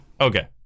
Okay